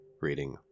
reading